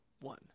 one